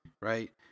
right